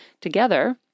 Together